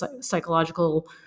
psychological